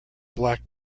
black